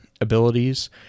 abilities